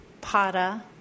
Pada